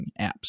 apps